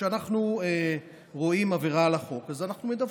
וכשאנחנו רואים עבירה על החוק אז אנחנו מדווחים.